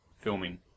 filming